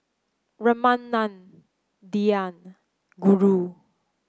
Ramanand Dhyan Guru